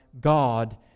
God